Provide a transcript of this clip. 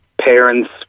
parents